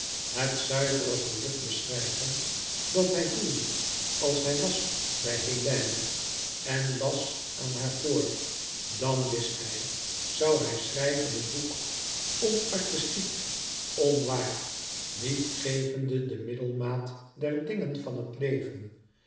het zuivere geluk beschrijven dat hij voelde als hij was bij hélène en las aan haar voor dan wist hij zoû hij schrijven een